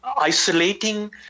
isolating